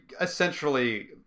essentially